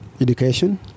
education